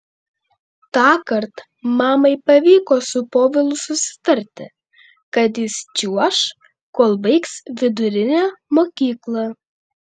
tąkart mamai pavyko su povilu susitarti kad jis čiuoš kol baigs vidurinę mokyklą